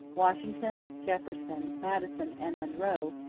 washington, jefferson, madison, and monroe,